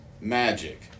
Magic